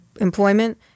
employment